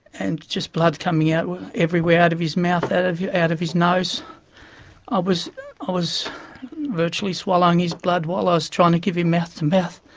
and just blood coming out everywhere, out of his mouth, out of yeah out of his nose i was was virtually swallowing his blood while i was trying to give him mouth-to-mouth.